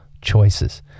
choices